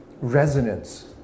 resonance